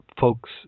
folks